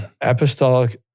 apostolic